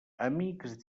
amics